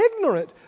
ignorant